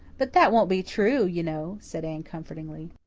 but that won't be true, you know, said anne comfortingly.